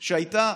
שהייתה.